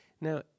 Now